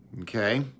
Okay